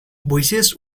voices